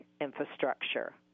infrastructure